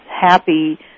happy